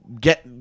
get